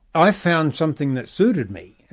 i found something that suited me,